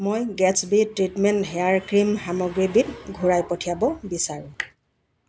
মই গেট্ছবী treatment hair cream সামগ্ৰীবিধ ঘূৰাই পঠিয়াব বিচাৰোঁ